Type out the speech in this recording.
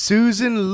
Susan